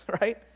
right